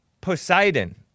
Poseidon